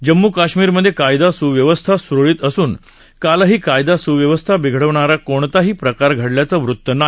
जम्मू कश्मीरमधे कायदा सुव्यवस्था सुरळीत असून कालही कायदा सुव्यवस्था बिघडवणारा कोणताही प्रकार घडल्याचं वृत नाही